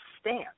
stand